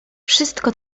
wszystko